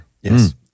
Yes